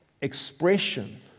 expression